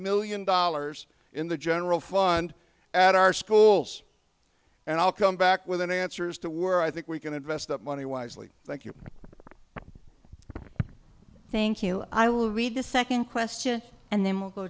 million dollars in the general fund at our schools and i'll come back with an answer as to were i think we can invest that money wisely thank you thank you i will read the second question and then we'll go